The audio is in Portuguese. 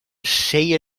cheia